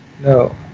No